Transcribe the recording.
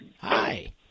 Hi